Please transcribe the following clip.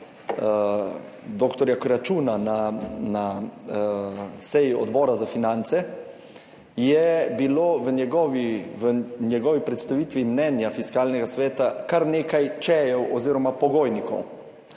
dr. Kračuna na seji Odbora za finance, je bilo v njegovi predstavitvi mnenja Fiskalnega sveta kar nekaj če-jev oziroma pogojnikov.